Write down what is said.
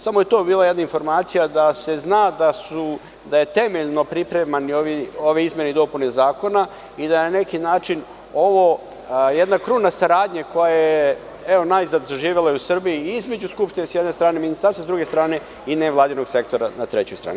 Samo je to bila jedna informacija, da se zna da su temeljno pripremane ove izmene i dopune Zakona i da je na neki način ovo kruna saradnje koja je najzad zaživela i u Srbiji između Skupštine, s jedne strane, Ministarstva, s druge strane i nevladinog sektora na trećoj strani.